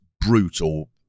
brutal